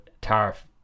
tariff